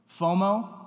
FOMO